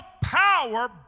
power